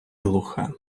глуха